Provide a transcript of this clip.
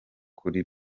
kuri